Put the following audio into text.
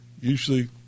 Usually